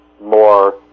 more